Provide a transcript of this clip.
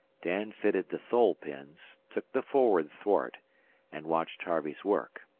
dan fitted the thole-pins, took the forward thwart and watched harvey's work.